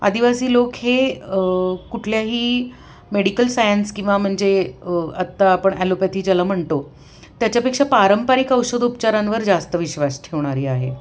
आदिवासी लोक हे कुठल्याही मेडिकल सायन्स किंवा म्हणजे आत्ता आपण ॲलोपॅथी ज्याला म्हणतो त्याच्यापेक्षा पारंपारिक औषधोपचारांवर जास्त विश्वास ठेवणारी आहे